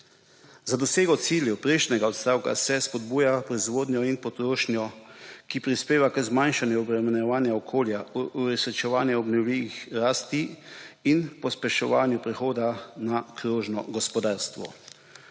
Za dosego ciljev prejšnjega odstavka se spodbuja v proizvodnjo in potrošnjo, ki prispeva k zmanjšanju obremenjevanja okolja, uresničevanju obnovljive rasti in pospeševanju prehoda na krožno gospodarstvo,